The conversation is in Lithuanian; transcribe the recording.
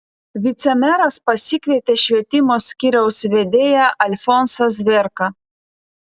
vicemeras pasikvietė švietimo skyriaus vedėją alfonsą zvėrką